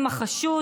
עם החשוד,